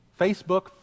Facebook